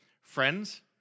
friends